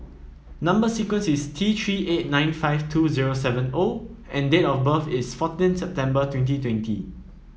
number sequence is T Three eight nine five two zero seven O and date of birth is fourteen September twenty twenty